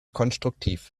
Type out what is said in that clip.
konstruktiv